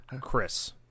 Chris